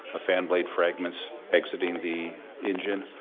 ah fan blade fragments exiting the engine,